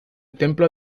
templo